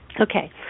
Okay